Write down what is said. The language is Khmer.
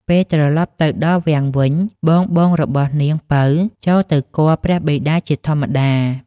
ពេលត្រឡប់ទៅដល់វាំងវិញ បងៗរបស់នាងពៅចូលទៅគាល់ព្រះបិតាជាធម្មតា ។